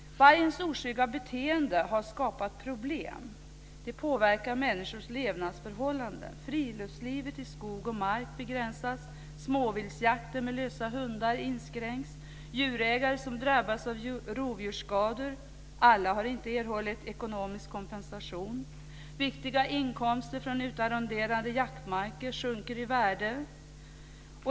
Vargens oskygga beteende har skapat problem, och det påverkar människors levnadsförhållanden. Friluftslivet i skog och mark begränsas, och småviltsjakt med lösa hundar inskränks. Inte alla djurägare som drabbas av rovdjursskador har erhållit ekonomisk kompensation. Viktiga inkomster från uthyrning av jakträtter minskar i värde.